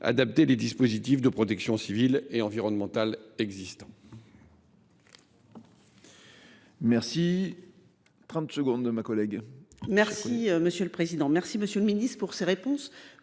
adapter les dispositifs de protection civile et environnementale existants.